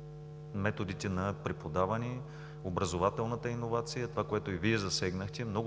Много